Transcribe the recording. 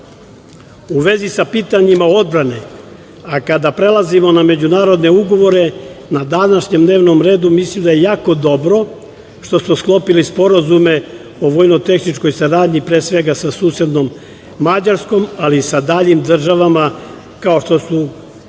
vezi sa pitanjima odbrane, a kada prelazimo na međunarodne ugovore koji su na dnevnom redu, mislim da je jako dobro što smo sklopili sporazume o vojno-tehničkoj saradnji, pre svega sa susednom Mađarskom, ali i sa daljim državama kao što su Kazakstan